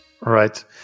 Right